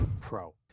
Pro